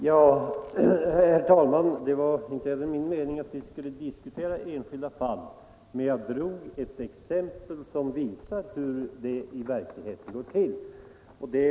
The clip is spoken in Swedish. Herr talman! Det var inte heller min mening att vi skulle diskutera Måndagen den enskilda fall, men jag tog ett exempel som visar hur det i verkligheten 12 maj 1975 går till.